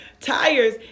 tires